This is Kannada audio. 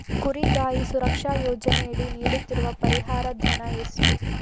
ಕುರಿಗಾಹಿ ಸುರಕ್ಷಾ ಯೋಜನೆಯಡಿ ನೀಡುತ್ತಿರುವ ಪರಿಹಾರ ಧನ ಎಷ್ಟು?